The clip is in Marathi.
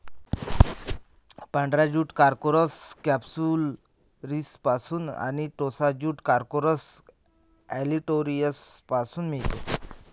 पांढरा ज्यूट कॉर्कोरस कॅप्सुलरिसपासून आणि टोसा ज्यूट कॉर्कोरस ऑलिटोरियसपासून मिळतो